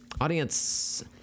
Audience